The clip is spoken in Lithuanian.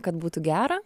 kad būtų gera